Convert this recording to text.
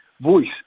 voice